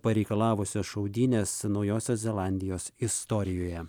pareikalavusios šaudynės naujosios zelandijos istorijoje